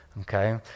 Okay